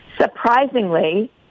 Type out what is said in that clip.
Surprisingly